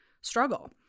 struggle